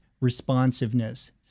responsiveness